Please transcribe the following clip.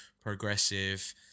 progressive